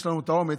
יש לנו את האומץ,